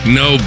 no